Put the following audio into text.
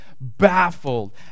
baffled